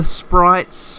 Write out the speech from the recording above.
sprites